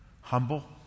Humble